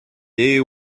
day